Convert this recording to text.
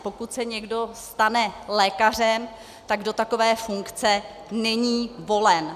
Pokud se někdo stane lékařem, tak do takové funkce není volen.